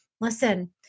Listen